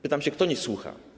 Pytam się: Kto nie słucha?